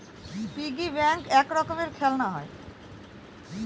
piggy bank এক রকমের খেলনা হয়